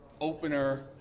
opener